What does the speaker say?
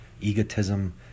egotism